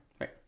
Right